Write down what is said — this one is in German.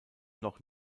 noch